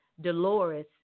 Dolores